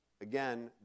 again